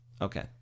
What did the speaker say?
Okay